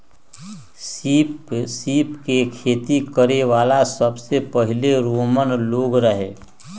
सीप के खेती करे वाला सबसे पहिले रोमन लोग रहे